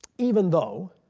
even though